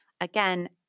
again